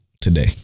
today